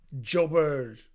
jobber